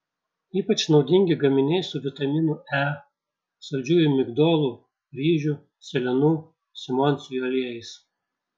ypač naudingi gaminiai su vitaminu e saldžiųjų migdolų ryžių sėlenų simondsijų aliejais